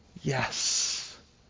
yes